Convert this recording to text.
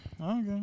Okay